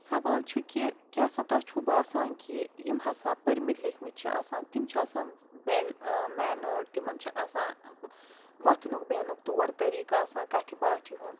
سوال چھُ کہِ کیٛاہ سا تۄہہِ چھُو باسان کہِ یِم ہسا پٔرۍمِتۍ لیکھمٕتۍ چھِ آسان تِم چھِ آسان وٮ۪ل مٮ۪نٲڈ تِمَن چھِ آسان وۄتھنُک بیٚہنُک طور طریٖقہٕ آسان کَتھِ باتھِ ہُنٛد